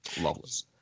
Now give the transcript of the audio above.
Loveless